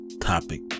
topic